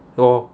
so